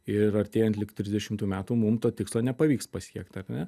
ir artėjant lig trisdešimtų metų mum to tikslo nepavyks pasiekt ar ne